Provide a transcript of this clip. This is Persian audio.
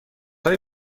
های